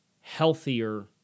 healthier